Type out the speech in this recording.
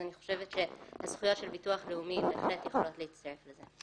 אני חושבת שהזכויות של ביטוח לאומי בהחלט יכולות להצטרף לזה.